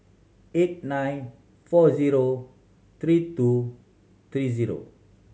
eight nine four zero three two three zero